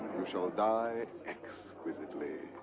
you shall ah die exquisitely.